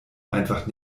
einfach